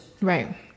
Right